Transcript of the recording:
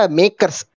makers